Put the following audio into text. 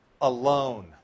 alone